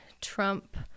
Trump